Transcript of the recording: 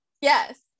Yes